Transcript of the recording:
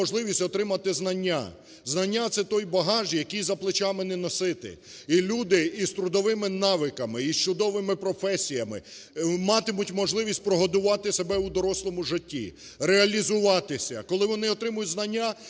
можливість отримати знання. Знання – це той багаж, який за плечима не носити. І люди з трудовими навиками, з чудовими професіями матимуть можливість прогодувати себе у дорослому житті, реалізуватися. Коли вони отримають знання,